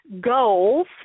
goals